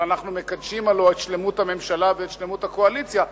אבל אנחנו הלוא מקדשים את שלמות הממשלה ואת שלמות הקואליציה,